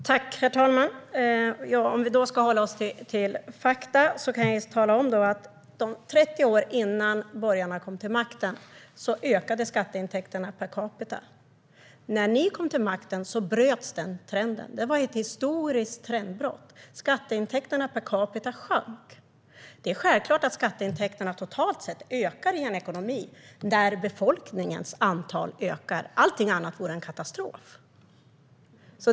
Herr talman! Om vi ska hålla oss till fakta kan jag tala om att under 30 år innan borgarna kom till makten ökade skatteintäkterna per capita. När ni kom till makten bröts den trenden. Det var ett historiskt trendbrott. Skatteintäkterna per capita sjönk. Det är självklart att skatteintäkterna totalt sett ökar i en ekonomi där befolkningen ökar. Allt annat vore en katastrof.